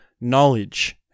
Knowledge